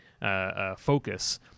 focus